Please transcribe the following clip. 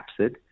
capsid